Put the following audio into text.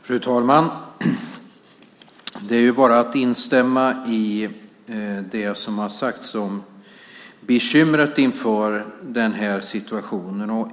Fru talman! Det är bara att instämma i det som har sagts om bekymret inför situationen.